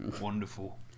Wonderful